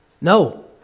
No